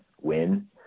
win